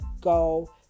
go